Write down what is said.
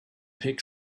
pick